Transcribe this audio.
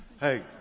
Hey